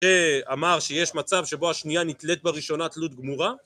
אמר שיש מצב שבו השנייה נתלת בראשונה תלות גמורה.